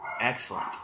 Excellent